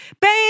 baby